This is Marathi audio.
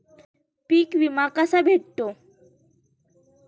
पीक विमा कसा भेटतो?